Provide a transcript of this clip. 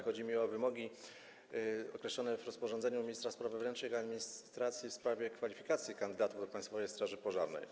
Chodzi mi o wymogi określone w rozporządzeniu ministra spraw wewnętrznych i administracji w sprawie kwalifikacji kandydatów do Państwowej Straży Pożarnej.